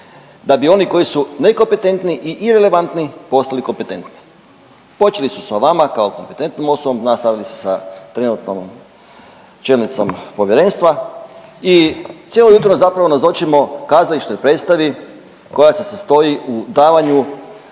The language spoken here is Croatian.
da bi oni koji su nekompetentni i irelevantni postali kompetentni. Počeli su sa vam kao kompetentnom osobom, nastavili su sa trenutnom čelnicom povjerenstva i cijelo jutro zapravo nazočimo kazališnoj predstavi koja se sastoji u davanju